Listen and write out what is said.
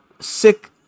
sick